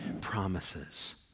promises